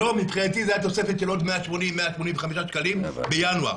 היום מבחינתי זה היה תוספת של עוד 185-180 שקלים בינואר,